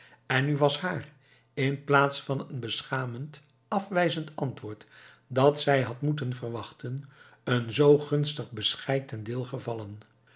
en nu was haar inplaats van een beschamend afwijzend antwoord dat zij had moeten verwachten een zoo gunstig bescheid ten deel gevallen